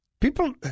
People